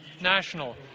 national